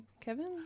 Kevin